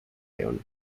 león